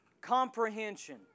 comprehension